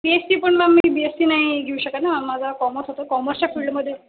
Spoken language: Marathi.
बीएस्सी पण मॅम मी बीएस्सी नाही घेऊ शकत ना माझं कॉमर्स होतं कॉमर्सच्या फिल्डमध्ये